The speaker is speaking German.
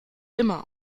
immer